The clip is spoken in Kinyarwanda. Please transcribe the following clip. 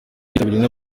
yitabiriwe